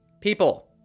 people